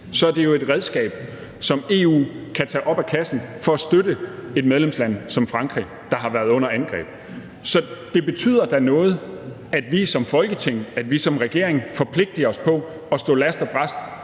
så er det jo et redskab, som EU kan tage op af kassen for at støtte et medlemsland som Frankrig, der har været under angreb. Så det betyder da noget, at vi som Folketing og at vi som regering forpligter os på at stå last og brast